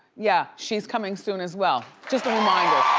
yeah she's coming soon as well. just a reminder,